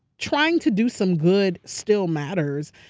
trying to do some good still matters.